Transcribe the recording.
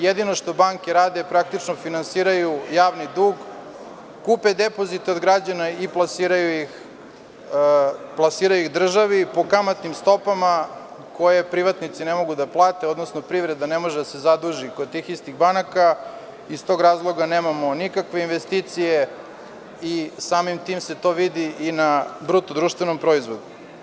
Jedino što banke rade, praktično finansiraju javni dug, kupe depozite od građana i plasiraju ih državi po kamatnim stopama koje privatnici ne mogu da plate, odnosno privreda ne može da se zaduži kod tih istih banaka i iz tog razloga nemamo nikakve investicije i samim tim se to vidi i na BDP.